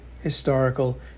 historical